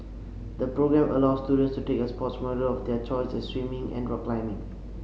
the programme allows students to take a sports module of their choice as swimming and rock climbing